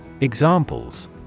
Examples